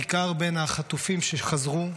בעיקר בין החטופים שחזרו,